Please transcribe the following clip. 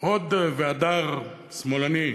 הוד והדר, שמאלני,